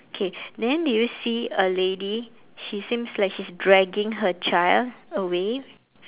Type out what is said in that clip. okay then do you see a lady she seems like she's dragging her child away